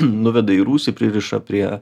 nuveda į rūsį pririša prie